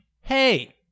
Hey